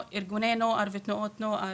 ביחד עם ארגוני הנוער ותנועות הנוער,